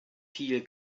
viel